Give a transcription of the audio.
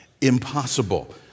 impossible